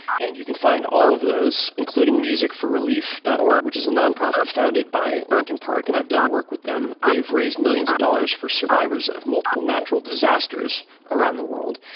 and you can find all of those, including musicforrelief dot org, which is a nonprofit founded by linkin park. and i've done work with them. they've raised millions of dollars for survivors of multiple natural disasters around the world.